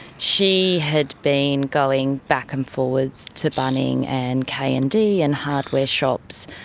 she had been going back and forwards to bunnings, and k and d, and hardware shops,